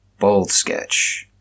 Boldsketch